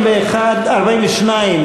42,